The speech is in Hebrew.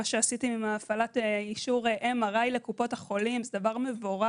מה שעשיתם עם הפעלת אישור MRI לקופות החולים זה דבר מבורך,